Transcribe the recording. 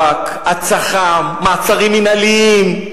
השב"כ, הצח"מ, מעצרים מינהליים,